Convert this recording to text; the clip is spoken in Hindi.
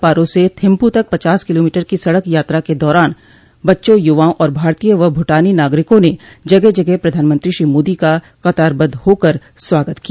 पारो से थिम्पू तक पचास किलोमीटर की सड़क यात्रा के दौरान बच्चों युवाओं और भारतीय व भूटानी नागरिकों ने जगह जगह प्रधानमंत्री श्री मोदी का कतारबद्ध होकर स्वागत किया